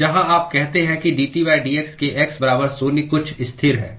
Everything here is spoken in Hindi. जहां आप कहते हैं कि dTdx के x बराबर शून्य कुछ स्थिर है